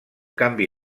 canvi